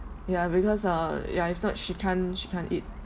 ya because uh ya if not she can't she can't eat